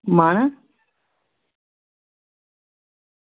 मन